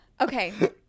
Okay